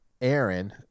Aaron